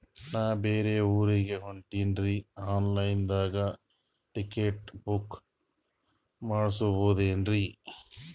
ನಾ ಬ್ಯಾರೆ ಊರಿಗೆ ಹೊಂಟಿನ್ರಿ ಆನ್ ಲೈನ್ ದಾಗ ಟಿಕೆಟ ಬುಕ್ಕ ಮಾಡಸ್ಬೋದೇನ್ರಿ?